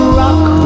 rock